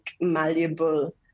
malleable